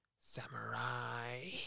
samurai